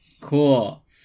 Cool